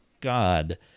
God